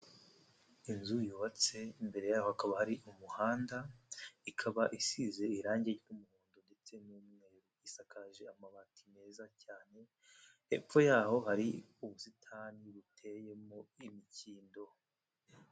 Inzu yubatse imbere yaho hakaba hari umuhanda, ikaba isize irangi ry'umuhondo ndetse n'isakaje amabati meza cyane, hepfo yaho hari ubusitani buteyemo imikindo.